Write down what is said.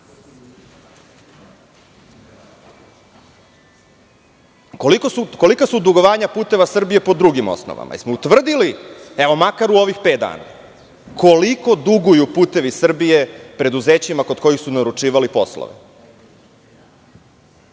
Vlade. Kolika su dugovanja "Puteva Srbije" po drugim osnovama? Da li smo utvrdili, evo makar u ovih pet dana, koliko duguju "Putevi Srbije" preduzećima kod kojih su naručivali poslove?